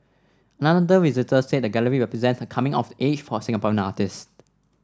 another visitor said the gallery represent a coming of age for Singaporean artist